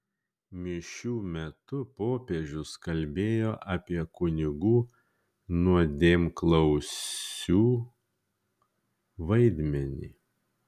mišių metu popiežius kalbėjo apie kunigų nuodėmklausių vaidmenį